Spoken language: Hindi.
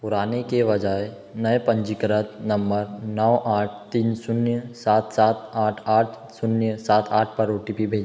पुराने के बजाय नए पंजीकृत नम्बर नौ आठ तीन शून्य सात सात आठ आठ शून्य सात आठ पर ओ टी पी भेजें